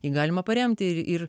jį galima paremti ir ir